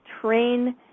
train